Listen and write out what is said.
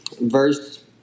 verse